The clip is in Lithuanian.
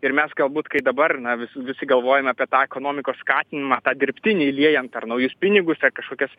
ir mes galbūt kai dabar na vis visi galvojame apie tą ekonomikos skatinimą tą dirbtinį įliejant ar naujus pinigus ar kažkokias